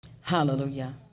Hallelujah